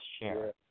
share